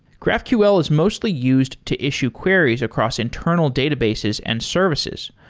graphql is mostly used to issue queries across internal databases and services,